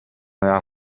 aveva